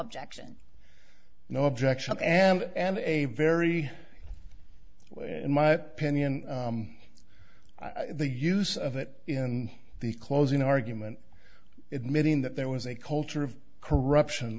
objection no objection and a very in my opinion the use of it in the closing argument admitting that there was a culture of corruption